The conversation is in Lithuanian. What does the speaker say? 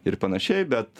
ir panašiai bet